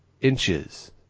inches